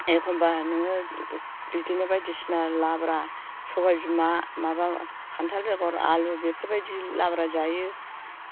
एखम्बा नोङो बिदिनो बायदिसिना लाब्रा सबाय बिमा माबा खान्थाल बेगर आलु बेफोरबायदि लाब्रा जायो